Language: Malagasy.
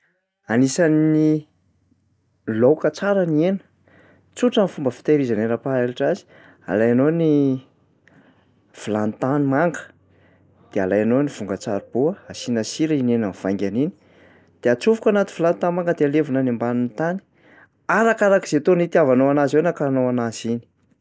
Anisan'ny laoka tsara ny hena, tsotra ny fomba fitahirizana hena hampaharitra azy. Alainao ny vilany tanimanga de alainao ny vongan-tsaribao asiana sira iny hena mivaingana iny de atsofoka ao anaty vilany tanimanga de alevina any ambanin'ny tany. Arakarak'zay taona itiavanao anazy ao no akanao anazy iny.